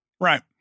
Right